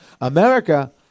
America